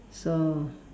so